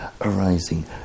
arising